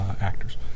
actors